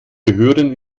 gehören